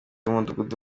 w’umudugudu